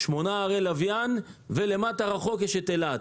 שמונה ערי לוויין ולמטה רחוק יש את אילת.